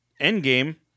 Endgame